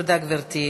תודה, גברתי.